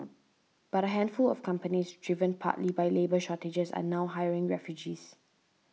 but a handful of companies driven partly by labour shortages are now hiring refugees